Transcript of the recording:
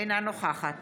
אינו נוכחת